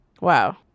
Wow